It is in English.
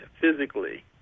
physically